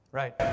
right